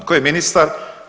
Tko je ministar?